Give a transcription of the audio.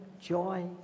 joy